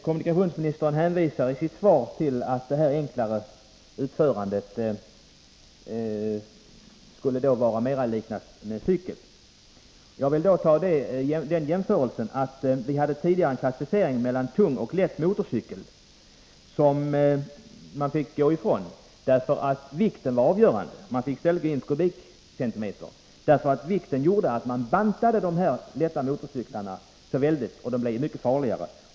Kommunikationsministern hänvisar i sitt svar till att det enklare utförandet skulle vara mera att likna vid en cykel. Jag vill då göra den jämförelsen att vi tidigare hade en klassificering i tung och lätt motorcykel som man fick gå ifrån därför att vikten var avgörande. Man fick i stället gå efter antalet kubikcentimeter. Viktklassificeringen gjorde att de lätta motorcyklarna bantades så att de blev mycket farligare.